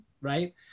Right